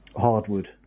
hardwood